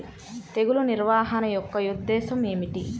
తెగులు నిర్వహణ యొక్క ఉద్దేశం ఏమిటి?